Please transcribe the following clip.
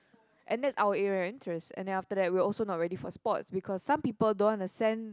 and that's our area of interest and then after that we also not ready for sports because some people don't want to send